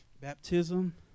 Baptism